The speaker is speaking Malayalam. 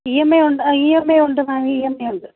ഇ എം ഐ ഉണ്ട് ആ ഇ എം ഐ യുണ്ട് മാം ഇ എം ഐ ഉണ്ട്